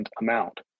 amount